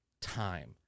time